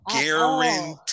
guarantee